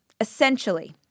Essentially